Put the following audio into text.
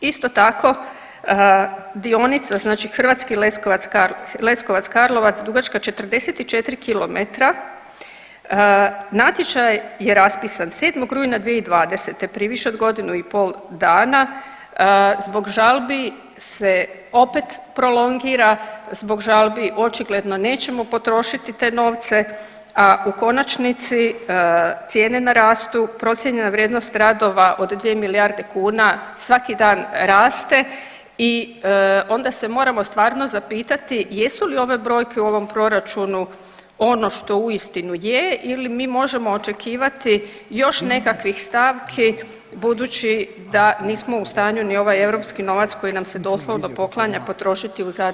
Isto tako dionica znači Hrvatski Leskovac-Karlovac dugačka 44 km, natječaj je raspisan 7. rujna 2020., prije više od godinu i pol dana, zbog žalbi se opet prolongira, zbog žalbi očigledno nećemo potrošiti te novce, a u konačnici cijene narastu, procijenjena vrijednost radova od dvije milijarde kuna svaki dan raste i onda se moramo stvarno zapitati jesu li ove brojke u ovom proračunu ono što uistinu je ili mi možemo očekivati još nekakvih stavki budući da nismo u stanju ni ovaj europski novac koji nam se doslovno poklanja potrošiti u zadanim rokovima.